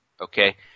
okay